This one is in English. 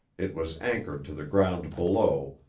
it was anchored to the ground below,